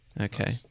Okay